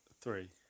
Three